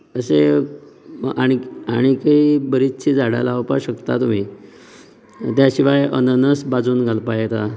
तशेंच आनीक आनीकय बरीचशीं झाडां लावपाक शकता तुमी त्या शिवाय अननस बाजून घालपाक येता